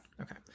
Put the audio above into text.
okay